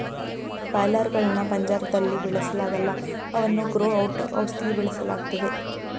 boiler ಗಳ್ನ ಪಂಜರ್ದಲ್ಲಿ ಬೆಳೆಸಲಾಗಲ್ಲ ಅವನ್ನು ಗ್ರೋ ಔಟ್ ಹೌಸ್ಲಿ ಬೆಳೆಸಲಾಗ್ತದೆ